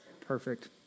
perfect